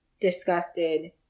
disgusted